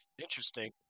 interesting